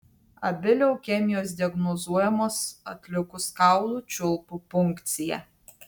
abi leukemijos diagnozuojamos atlikus kaulų čiulpų punkciją